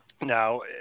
now